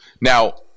Now